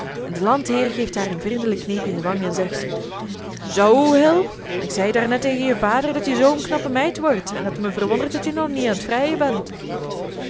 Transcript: en de landheer geeft haar een vriendelijk kneepjen in de wang en zegt zoo hil ik zei daar net tegen je vader dat je zoo'n knappe meid wordt en dat het me verwondert dat je nog niet aan t vrijen bent